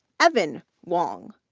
evan wang,